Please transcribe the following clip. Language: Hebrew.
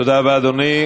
תודה רבה, אדוני.